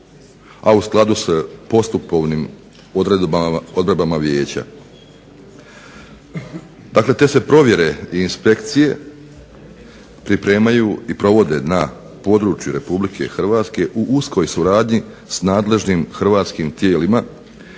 a u skladu s postupovnim odredbama vijeća. Dakle te se provjere i inspekcije pripremaju i provode na području Republike Hrvatske u uskoj suradnji s nadležnim hrvatskim tijelima